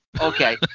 Okay